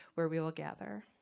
where we will gather.